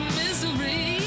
misery